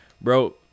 bro